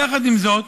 יחד עם זאת,